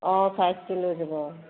অঁ চাইচিতি লৈ যাব অঁ